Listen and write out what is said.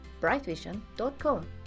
brightvision.com